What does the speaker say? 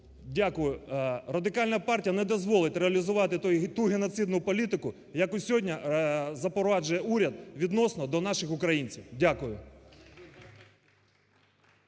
Дякую. Радикальна партія не дозволить реалізувати ту геноцидну політику, яку сьогодні запроваджує уряд відносно до наших українців. Дякую.